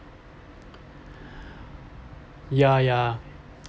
ya ya